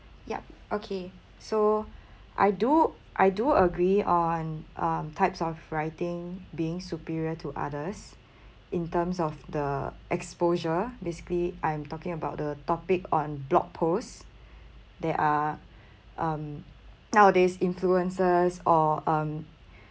yup okay so I do I do agree on um types of writing being superior to others in terms of the exposure basically I'm talking about the topic on blog post that are um nowadays influencers or um